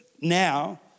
Now